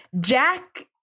Jack